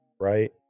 right